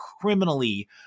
criminally